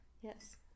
Yes